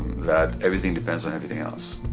that everything depends on everything else.